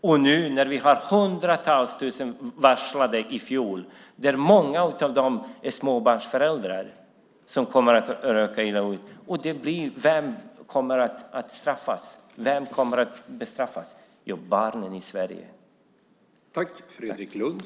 Och när hundratals varslades i fjol och många av dem är småbarnsföräldrar - och antalet kommer att öka - vem kommer att bestraffas? Jo, det är barnen i Sverige.